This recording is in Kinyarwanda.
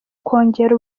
kongera